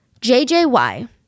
JJY